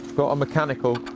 got a mechanical.